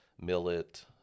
millet